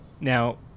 Now